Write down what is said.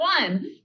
one